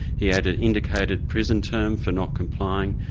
he had an indicated prison term for not complying,